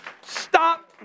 Stop